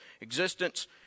existence